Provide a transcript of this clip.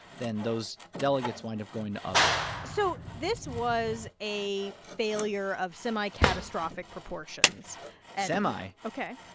then those delegates wind up going to others so this was a failure of semi-catastrophic proportions semi? ok,